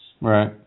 Right